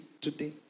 today